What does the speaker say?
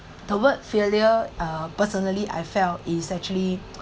the word failure uh personally I felt is actually